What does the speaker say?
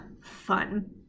fun